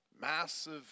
massive